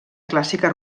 clàssica